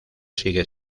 sigue